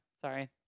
sorry